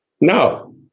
No